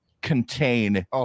contain